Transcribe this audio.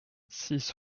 six